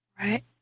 Right